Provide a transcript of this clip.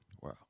Wow